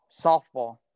softball